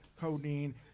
codeine